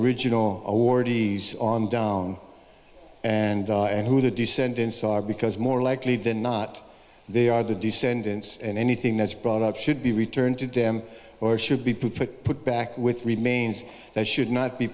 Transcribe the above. original awardees on down and who the descendants are because more likely than not they are the descendants and anything that's brought up should be returned to them or should be put put back with remains that should not be